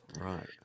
Right